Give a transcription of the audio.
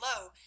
low